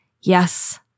yes